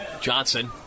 Johnson